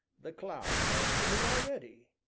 the clouds are thinning already,